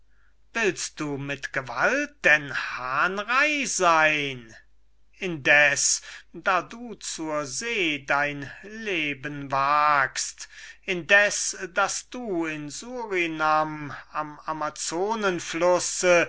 dennoch willst du mit gewalt denn hahnrei sein indes daß du zur see dein leben wagst indes daß du in surinam am amazonenflusse